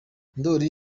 ndoli